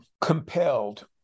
compelled